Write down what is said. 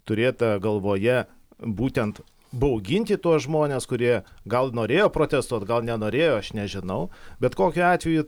turėta galvoje būtent bauginti tuos žmones kurie gal norėjo protestuot gal nenorėjo aš nežinau bet kokiu atveju